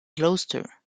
gloucester